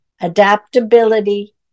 adaptability